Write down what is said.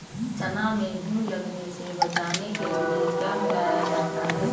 चना में घुन लगने से बचाने के लिए क्या मिलाया जाता है?